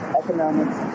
economics